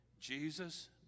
Jesus